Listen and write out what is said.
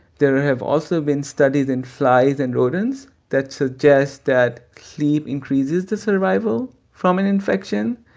there have also been studies in flies and rodents that suggest that sleep increases the survival from an infection.